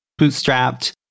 bootstrapped